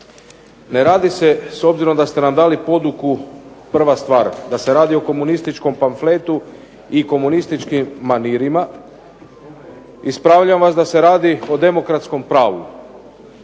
Ne radi se s obzirom da ste nam dali poduku prva stvar da se radi o komunističkom pamfletu i komunističkim manirima, ispravljam vas da se radi o demokratskom pravu